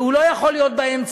הוא לא יכול להיות באמצע,